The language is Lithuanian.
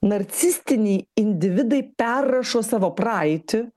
narcistiniai individai perrašo savo praeitį